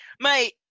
mate